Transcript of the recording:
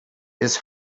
his